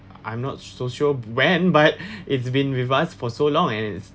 I'm not so sure when but it's been with us for so long and it's